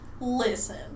listen